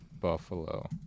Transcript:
Buffalo